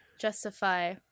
justify